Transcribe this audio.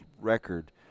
record